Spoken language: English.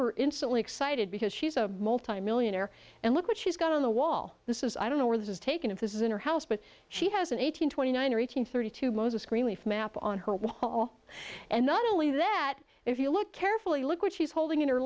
were instantly excited because she's a multimillionaire and look what she's got on the wall this is i don't know where this is taken if this is in her house but she has an eight hundred twenty nine or eight hundred thirty two moses greenleaf map on hold the hall and not only that if you look carefully look what she's holding in her